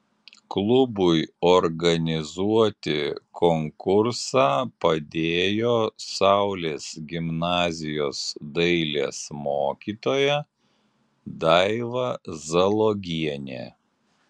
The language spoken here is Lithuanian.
klubui organizuoti konkursą padėjo saulės gimnazijos dailės mokytoja daiva zalogienė